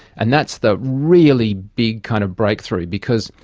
and that's the really big kind of breakthrough because,